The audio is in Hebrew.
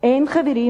אין חברים,